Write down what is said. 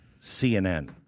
CNN